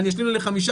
אני אשלים לה ל-5%,